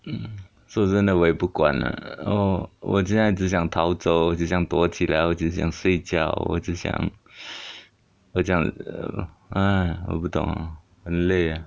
说真的我也不管啦然后我现在只想逃走只想躲起来我只想睡觉我只想 我想 err ah 我不懂很累啊